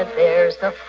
there's a